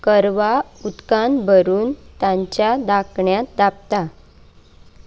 करवा उदकान भरून तांच्या धांकण्यांत धांपता